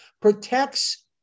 protects